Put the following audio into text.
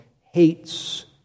hates